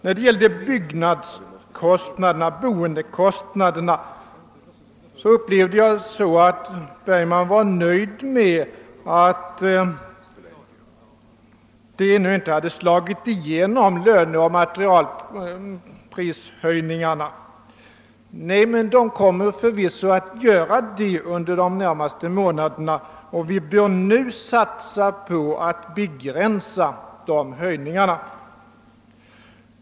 Jag uppfattade det så att herr Bergman var nöjd med att den senaste tidens löneoch materialprishöjningar ännu inte har slagit igenom på boendekostnaderna. Men de kommer förvisso att göra det under de närmaste månaderna. Och vi bör nu satsa på att begränsa de höjningarna.